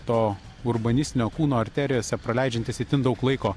to urbanistinio kūno arterijose praleidžiantys itin daug laiko